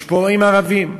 יש פורעים ערבים,